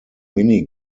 mini